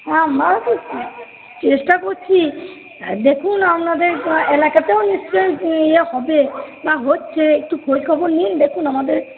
হ্যাঁ আমরাও তো চেষ্টা করছি দেখুন আপনাদের এলাকাতেও নিশ্চয়ই ইয়ে হবে না হচ্ছে একটু খোঁজ খবর নিন দেখুন আমাদের